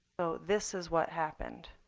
this is what happened.